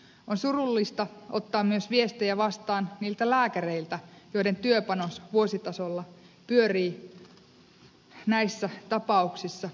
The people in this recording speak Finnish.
on myös surullista ottaa viestejä vastaan niiltä lääkäreiltä joiden työpanos vuositasolla pyörii näissä tapauksissa hyvinkin pitkälti